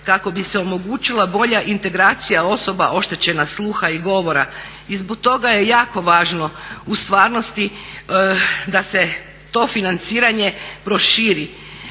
kako bi se omogućila bolja integracija osoba oštećena sluha i govora. I zbog toga je jako važno da se to financiranje proširi.